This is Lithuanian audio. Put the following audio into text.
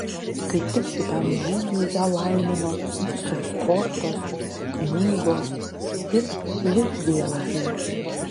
kaip tik šitam žygiui ją laimino visos kortos knygos ir žvaigždėlapiai